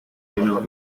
ainhoa